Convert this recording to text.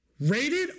Rated